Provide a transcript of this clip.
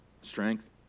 Strength